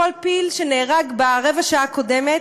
כל פיל שנהרג ברבע השעה הקודמת,